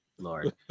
Lord